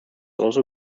also